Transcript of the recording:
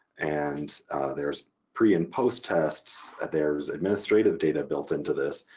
and there's pre and post tests, there's administrative data built into this,